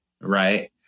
right